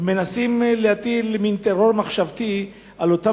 הם מנסים להטיל מין טרור מחשבתי על אותם